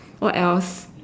what else